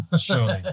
surely